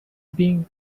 being